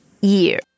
Year